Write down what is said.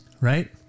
Right